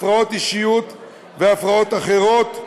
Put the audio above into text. הפרעות אישיות והפרעות אחרות,